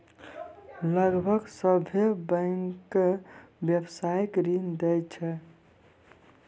लगभग सभ्भे बैंकें व्यवसायिक ऋण दै छै